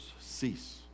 Cease